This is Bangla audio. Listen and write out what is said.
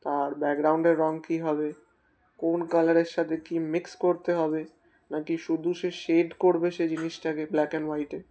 তার ব্যাকগ্রাউন্ডের রং কী হবে কোন কালারের সাথে কী মিক্স করতে হবে না কি শুধু সে শেড করবে সে জিনিসটাকে ব্ল্যাক অ্যান্ড হোয়াইটে